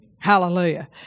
Hallelujah